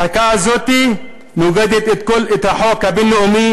החקיקה הזו נוגדת את החוק הבין-לאומי,